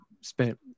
spent